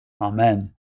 Amen